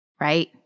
right